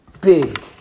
big